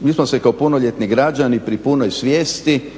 mi smo se kao punoljetni građani pri punoj svijesti